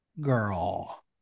girl